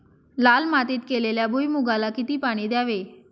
लाल मातीत केलेल्या भुईमूगाला किती पाणी द्यावे?